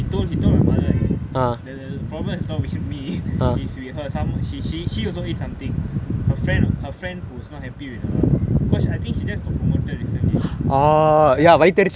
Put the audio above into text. is with her some she she also eat something her friend her friend who's not happy with her because I think she just got promoted recently ya ya ya something leh then after that she gave something my mother go and eat then after